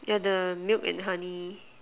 yeah the milk and honey